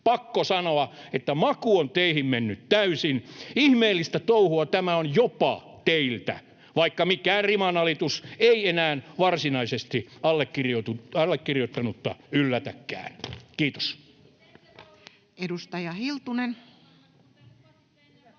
Pakko sanoa, että maku on teihin mennyt täysin. Ihmeellistä touhua tämä on jopa teiltä, vaikka mikään rimanalitus ei enää varsinaisesti allekirjoittanutta yllätäkään. — Kiitos. Edustaja Hiltunen.